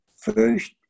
first